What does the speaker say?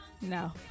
No